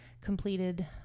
completed